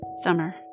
Summer